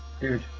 dude